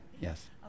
yes